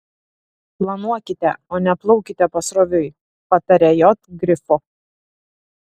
planuokite o ne plaukite pasroviui pataria j grifo